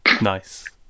Nice